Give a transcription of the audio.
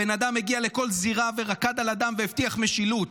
הבן-אדם הגיע לכל זירה ורקד על הדם והבטיח משילות.